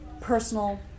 personal